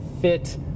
Fit